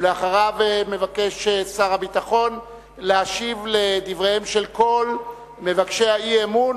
ואחריו מבקש שר הביטחון להשיב על דבריהם של כל מבקשי האי-אמון